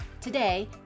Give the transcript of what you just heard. Today